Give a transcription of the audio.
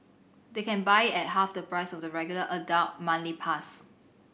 they can buy it at half the price of the regular adult monthly pass